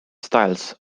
styles